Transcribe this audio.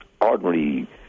ordinary